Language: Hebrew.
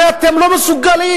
הרי אתם לא מסוגלים.